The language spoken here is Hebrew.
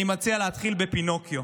אני מציע להתחיל בפינוקיו.